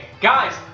Guys